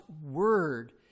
word